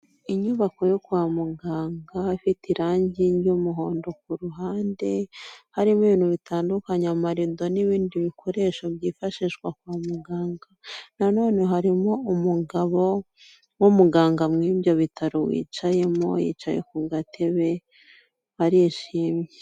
Inyubako yo kwa muganga, ifite irangi ry'umuhondo ku ruhande, harimo ibintu bitandukanye; amarido n'ibindi bikoresho byifashishwa kwa muganga, nanone harimo umugabo w'umuganga w'ibyo bitaro, wicayemo, yicaye ku gatebe, arishimye.